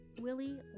Willie